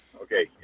Okay